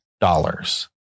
dollars